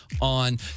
On